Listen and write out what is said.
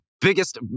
biggest